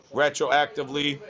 retroactively